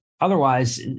Otherwise